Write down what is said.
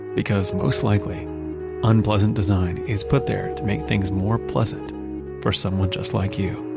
because most likely unpleasant design is put there to make things more pleasant for someone just like you